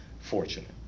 fortunate